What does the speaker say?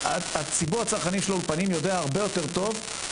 ציבור הצרכנים של האולפנים יודע הרבה יותר טוב.